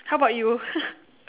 how bout you